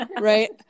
right